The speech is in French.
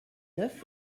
neuf